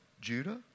Judah